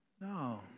No